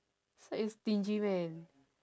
such a stingy man